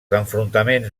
enfrontaments